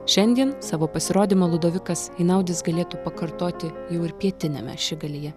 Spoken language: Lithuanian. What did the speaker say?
šiandien savo pasirodymą liudovikas inaudis galėtų pakartoti jau ir pietiniam ašigalyje